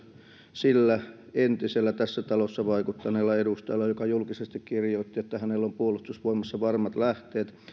sillä entisellä tässä talossa vaikuttaneella edustajalla joka julkisesti kirjoitti että hänellä on puolustusvoimissa varmat lähteet sille